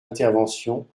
intervention